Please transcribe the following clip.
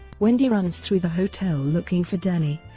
wendy runs through the hotel looking for danny,